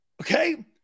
Okay